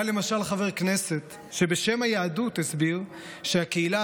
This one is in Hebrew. היה למשל חבר כנסת שבשם היהדות הסביר שהקהילה